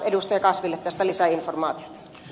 kasville tästä lisäinformaatiota